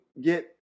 get